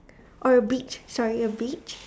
or a beach sorry a beach